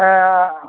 ऐ